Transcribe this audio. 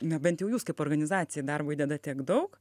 na bent jau jūs kaip organizacija darbo įdedat tiek daug